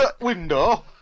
Window